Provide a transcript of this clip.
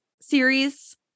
series